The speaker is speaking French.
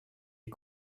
est